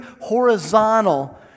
horizontal